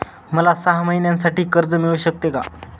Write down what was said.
मला सहा महिन्यांसाठी कर्ज मिळू शकते का?